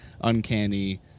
uncanny